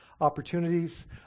opportunities